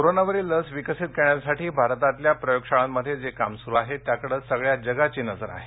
corona वरील लस विकसित करण्यासाठी भारताल्या प्रयोगशाळांमध्ये जे काम सुरू आहे त्याकडे सगळ्या जगाची नजर आहे